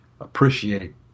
appreciate